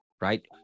Right